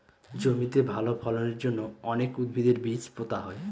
জমিতে ভালো ফলনের জন্য অনেক উদ্ভিদের বীজ পোতা হয়